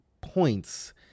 points